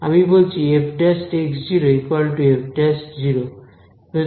আমি বলছি f ′ f ′